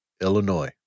Illinois